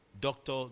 doctor